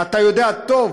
אתה יודע טוב,